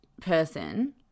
person